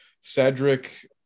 Cedric